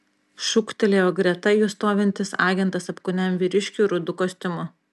šūktelėjo greta jų stovintis agentas apkūniam vyriškiui rudu kostiumu